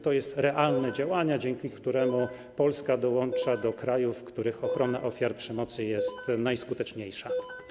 To jest realne działanie, dzięki któremu Polska dołącza do krajów, w których ochrona ofiar przemocy jest najskuteczniejsza.